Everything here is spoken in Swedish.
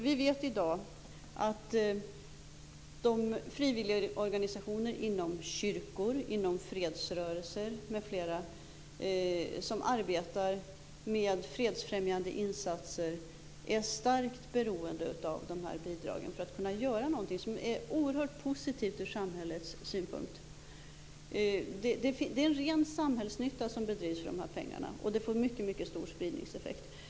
Vi vet i dag att frivilligorganisationer inom bl.a. kyrkor och fredsrörelser som arbetar med fredsfrämjande insatser är starkt beroende av bidrag för att de skall kunna åstadkomma någonting som är oerhört positivt från samhällets synpunkt. Det är ren samhällsnytta som bedrivs med de här pengarna, och de får en mycket, mycket stor spridningseffekt.